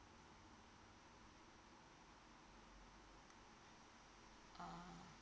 uh